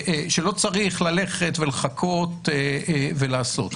שלא צריך ללכת ולחכות ולעשות.